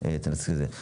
תנסחי את זה.